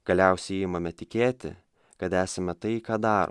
galiausiai imame tikėti kad esame tai ką dar